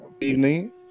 evening